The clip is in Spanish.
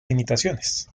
limitaciones